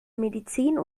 medizin